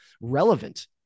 relevant